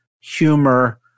humor